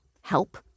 help